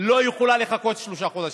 לא יכולה לחכות שלושה חודשים,